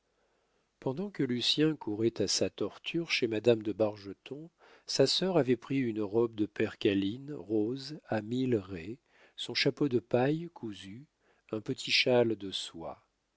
pendant que lucien courait à sa torture chez madame de bargeton sa sœur avait pris une robe de percaline rose à mille raies son chapeau de paille cousue un petit châle de soie